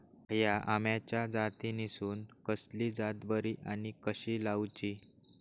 हया आम्याच्या जातीनिसून कसली जात बरी आनी कशी लाऊची?